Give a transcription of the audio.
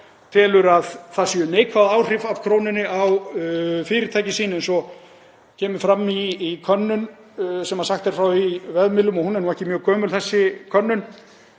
telur að það séu neikvæð áhrif af krónunni á fyrirtæki sín eins og kemur fram í könnun sem sagt er frá á vefmiðlum, og hún er ekki mjög gömul þessi könnun.